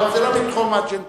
אבל זה לא בגלל הג'נטלמניות,